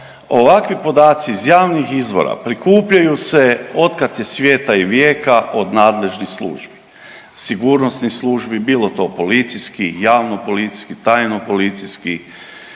ovakvi podaci iz javnih izvora prikupljaju se od kad je svijeta i vijeka od nadležnih službi, sigurnosnih službi bilo to policijskih, javno-policijskih, krim-obavještajnoj